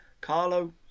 Carlo